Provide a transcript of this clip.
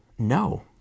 No